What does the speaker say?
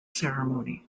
ceremony